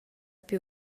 più